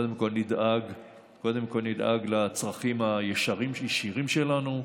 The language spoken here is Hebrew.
קודם כול נדאג לצרכים הישירים שלנו,